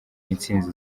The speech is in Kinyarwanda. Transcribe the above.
intsinzi